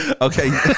Okay